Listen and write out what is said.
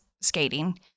skating